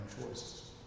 choices